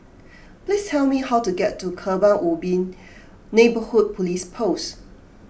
please tell me how to get to Kebun Ubi Neighbourhood Police Post